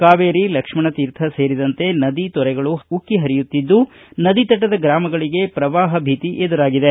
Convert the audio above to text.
ಕಾವೇರಿ ಲಕ್ಷ್ಮಣತೀರ್ಥ ಸೇರಿದಂತೆ ನದಿ ತೊರೆಗಳು ಉಕ್ಕಿ ಪರಿಯುತ್ತಿದ್ದು ನದಿತಟದ ಗ್ರಾಮಗಳಗೆ ಪ್ರವಾಪ ಭೀತಿ ಎದುರಾಗಿದೆ